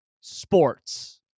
Sports